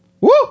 woo